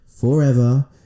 forever